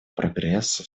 прогрессу